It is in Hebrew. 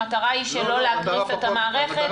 המטרה היא שלא להקריס את המערכת?